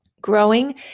Growing